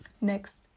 next